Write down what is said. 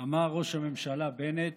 אמר ראש הממשלה בנט,